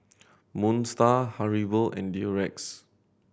Moon Star Haribo and Durex